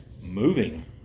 moving